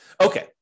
Okay